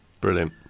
brilliant